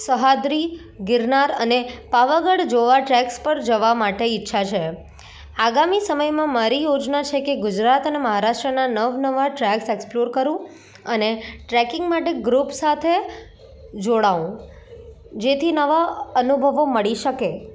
સહ્યાદ્રી ગિરનાર અને પાવાગઢ જોવા ટ્રેક્સ પર જવા માટે ઇચ્છા છે આગામી સમયમાં મારી યોજના છે કે ગુજરાત અને મહારાષ્ટ્રના નવ નવા ટ્રેક્સ એક્સપ્લોર કરું અને ટ્રેકિંગ માટે ગ્રુપ સાથે જોડાવું જેથી નવા અનુભવો મળી શકે